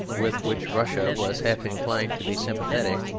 with which russia was half inclined to be sympathetic,